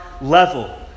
level